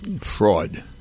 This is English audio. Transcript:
fraud